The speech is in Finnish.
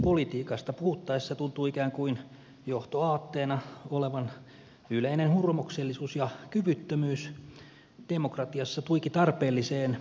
kehityspolitiikasta puhuttaessa tuntuu ikään kuin johtoaatteena olevan yleinen hurmoksellisuus ja kyvyttömyys demokratiassa tuiki tarpeelliseen kriittiseen keskusteluun